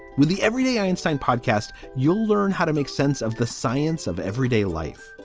with the everyday einstein podcast, you'll learn how to make sense of the science of everyday life.